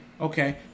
okay